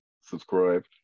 subscribe